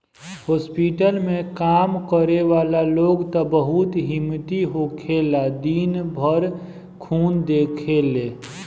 hospital में काम करे वाला लोग त बहुत हिम्मती होखेलन दिन भर खून देखेले